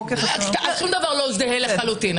שום דבר לא זהה לחלוטין,